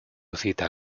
cita